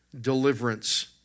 deliverance